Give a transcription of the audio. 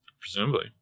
Presumably